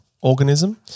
organism